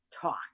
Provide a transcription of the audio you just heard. talk